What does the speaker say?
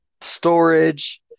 storage